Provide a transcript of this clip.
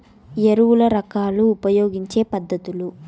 ఎరువుల రకాలు ఉపయోగించే పద్ధతులు?